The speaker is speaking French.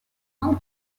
inde